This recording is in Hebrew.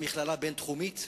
המכללה הבין-תחומית.